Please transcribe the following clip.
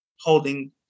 holding